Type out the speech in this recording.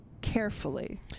carefully